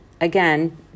again